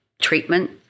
treatment